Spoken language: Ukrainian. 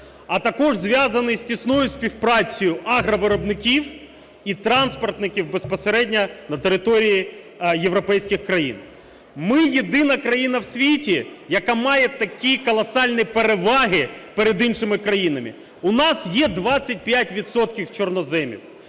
а також зв'язаний з тісною співпрацею агровиробників і транспортників безпосередньо на території європейських країн. Ми єдина країна в світі, яка має такі колосальні переваги перед іншими країнами. У нас є 25 відсотків